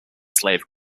slave